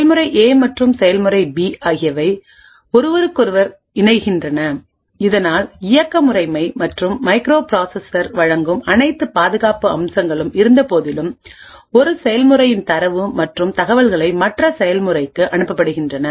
செயல்முறை ஏ மற்றும் செயல்முறை பி ஆகியவை ஒருவருக்கொருவர் இணைகின்றன இதனால் இயக்க முறைமை மற்றும் மைக்ரோபிராசசர் வழங்கும் அனைத்து பாதுகாப்பு அம்சங்களும் இருந்தபோதிலும் ஒரு செயல்முறையின் தரவு மற்றும் தகவல்கள் மற்ற செயல்முறைக்கு அனுப்பப்படுகின்றன